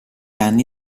anni